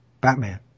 Batman